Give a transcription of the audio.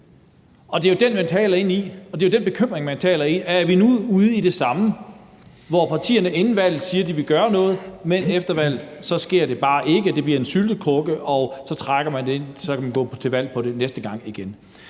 Det er jo det, man taler ind i, og det er den bekymring, der er, om vi nu er ude i det samme, hvor partierne inden valget siger, at de vil gøre noget, men efter valget sker det bare ikke. Det bliver en syltekrukke, og så trækker man det, og så kan man gå til valg på det næste gang igen.